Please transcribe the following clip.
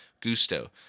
Gusto